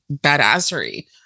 badassery